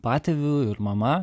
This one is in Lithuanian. patėviu ir mama